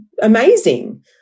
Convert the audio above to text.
amazing